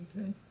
Okay